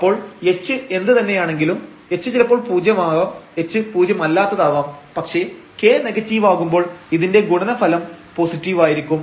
അപ്പോൾ h എന്ത് തന്നെയാണെങ്കിലും h ചിലപ്പോൾ പൂജ്യമാവാം h പൂജ്യമല്ലാത്തതാവാം പക്ഷേ k നെഗറ്റീവാകുമ്പോൾ ഇതിന്റെ ഗുണനഫലം പോസിറ്റീവ് ആയിരിക്കും